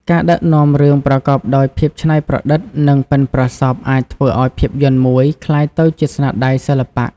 ការដឹកនាំរឿងប្រកបដោយភាពច្នៃប្រឌិត និងប៉ិនប្រសប់អាចធ្វើឲ្យភាពយន្តមួយក្លាយទៅជាស្នាដៃសិល្បៈ។